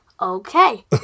okay